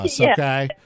okay